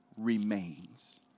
remains